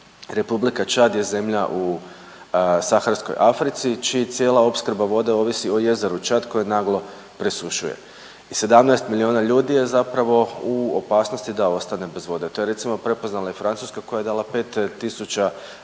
Republika Čad je zemlja u saharskoj Africi čija cijela opskrba vode ovisi o jezeru Čad koji naglo presušuje i 17 milijuna ljudi je zapravo u opasnosti da ostane bez vode. To je recimo prepoznala i Francuska koja je dala 5 tisuća